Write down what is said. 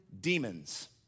demons